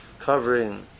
covering